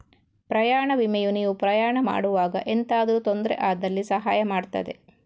ಪ್ರಯಾಣ ವಿಮೆಯು ನೀವು ಪ್ರಯಾಣ ಮಾಡುವಾಗ ಎಂತಾದ್ರೂ ತೊಂದ್ರೆ ಆದಲ್ಲಿ ಸಹಾಯ ಮಾಡ್ತದೆ